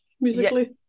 musically